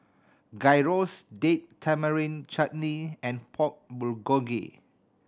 Gyros Date Tamarind Chutney and Pork Bulgogi